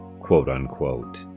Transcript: quote-unquote